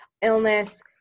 illness